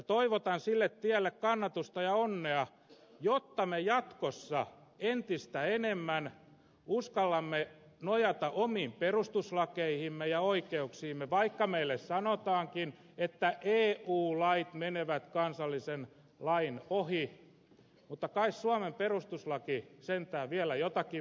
toivotan sille tielle kannatusta ja onnea jotta me jatkossa entistä enemmän uskallamme nojata omiin perustuslakeihimme ja oikeuksiimme vaikka meille sanotaankin että eu lait menevät kansallisen lain ohi mutta kai suomen perustuslaki sentään vielä jotakin merkitsee